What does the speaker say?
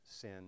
sin